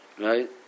Right